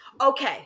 Okay